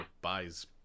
buys